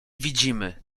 widzimy